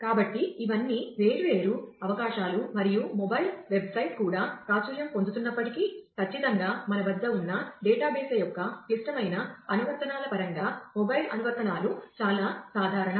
కాబట్టి ఇవన్నీ వేర్వేరు అవకాశాలు మరియు మొబైల్ వెబ్సైట్ అనువర్తనాలు చాలా సాధారణం